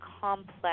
complex